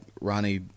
Ronnie